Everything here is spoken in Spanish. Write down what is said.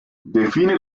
define